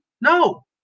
No